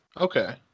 Okay